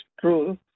true